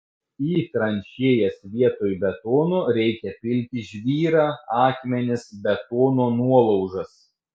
į tranšėjas vietoj betono reikia pilti žvyrą akmenis betono nuolaužas